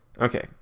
Okay